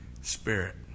Spirit